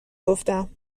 گفتم